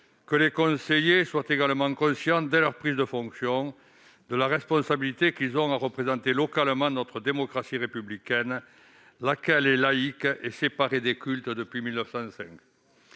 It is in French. que les conseillers soient conscients, dès leur prise de fonction, de leur responsabilité dans la représentation locale de notre démocratie républicaine, qui est laïque et séparée des cultes depuis 1905.